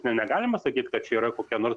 na negalima sakyt kad čia yra kokie nors